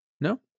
No